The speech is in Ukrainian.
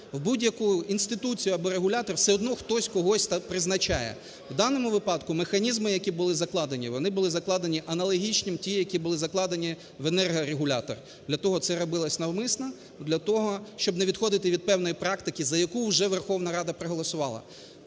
в будь-яку інституцію або регулятор все одно хтось, когось там призначає. В даному випадку механізми, які були закладені, вони були закладені аналогічним ті, які були закладені в енергорегулятор. Для цього це робилося навмисно. Для того, щоб не відходити від певної практики, за яку вже Верховна Рада проголосувала.